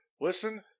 listen